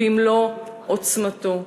במלא עוצמתו,